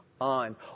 on